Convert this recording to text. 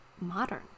modern